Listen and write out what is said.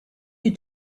you